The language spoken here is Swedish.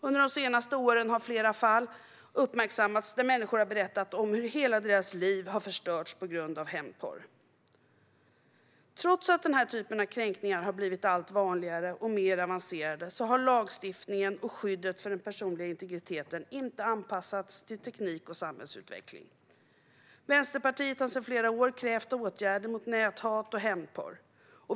Under de senaste åren har flera fall uppmärksammats där människor har berättat om hur hela deras liv har förstörts på grund av hämndporr. Trots att denna typ av kränkningar har blivit allt vanligare och mer avancerade har lagstiftningen och skyddet för den personliga integriteten inte anpassats till teknik och samhällsutveckling. Vänsterpartiet har sedan flera år krävt åtgärder mot näthat och hämndporr.